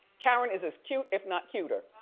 karen is as cute if not cuter.